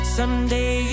Someday